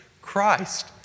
Christ